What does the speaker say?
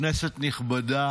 כנסת נכבדה,